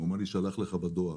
אמרו לי: יישלח לך בדואר.